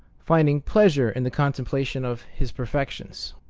finding pleasure in the contemplation of his perfections,